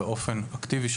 ופונה אליכם באופן אקטיבי,